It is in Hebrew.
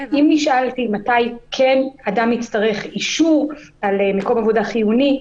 אם נשאלתי מתי כן אדם יצטרך אישור על מקום עבודה חיוני,